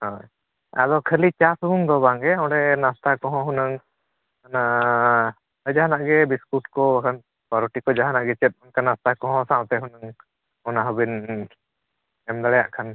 ᱦᱳᱭ ᱟᱫᱚ ᱠᱷᱟᱹᱞᱤ ᱪᱟ ᱥᱩᱢᱩᱱ ᱫᱚ ᱵᱟᱝ ᱜᱮ ᱚᱸᱰᱮ ᱱᱟᱥᱛᱟ ᱠᱚᱦᱚᱸ ᱦᱩᱱᱟᱹᱝ ᱚᱱᱟ ᱟᱨ ᱡᱟᱦᱟᱱᱟᱜ ᱜᱮ ᱵᱤᱥᱠᱩᱴ ᱠᱚ ᱵᱟᱝᱠᱷᱟᱱ ᱯᱟᱣᱨᱩᱴᱤ ᱠᱚ ᱡᱟᱦᱟᱱᱟᱜ ᱜᱮ ᱚᱱᱠᱟ ᱱᱟᱥᱴ ᱠᱚᱦᱚᱸ ᱥᱟᱶᱛᱮ ᱦᱩᱱᱟᱹᱜ ᱚᱱᱟ ᱦᱚᱸ ᱵᱤᱱ ᱮᱢ ᱫᱟᱲᱮᱭᱟᱜ ᱠᱷᱟᱱ